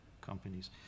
companies